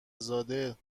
زاده